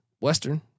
Western